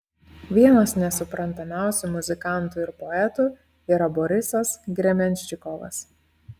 vienas nesuprantamiausių muzikantų ir poetų yra borisas grebenščikovas